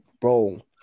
bro